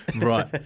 Right